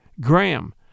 Graham